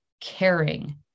caring